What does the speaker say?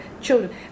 children